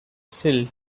silt